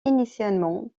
initialement